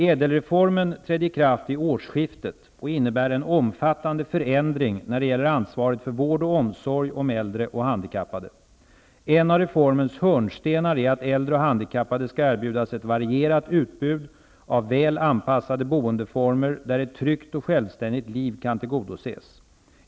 ÄDEL-reformen trädde i kraft vid årsskiftet och innebär en omfattande förändring när det gäller ansvaret för vård och omsorg om äldre och handikappade. En av reformens hörnstenar är att äldre och handikappade skall erbjudas ett varierat utbud av väl anpassade boendeformer där ett tryggt och självständigt liv kan tillgodoses.